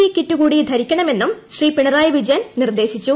E kit കൂടി ധരിക്കണമെന്നും ശ്രീ പിണറായി വിജയൻ നിർദ്ദേശിച്ചു